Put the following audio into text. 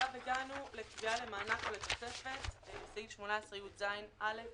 תביעה למענק או לתוספת 18יז. (א)